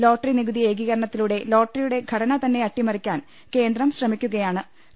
lottery നികുതി ഏകീകരണത്തിലൂടെ ലോട്ടറിയുടെ ഘടന തന്നെ അട്ടിമറിക്കാൻ കേന്ദ്രം ശ്രമിക്കുകയാ ണ്